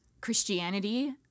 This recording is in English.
Christianity